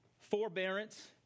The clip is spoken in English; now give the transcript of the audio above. forbearance